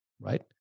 right